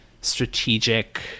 strategic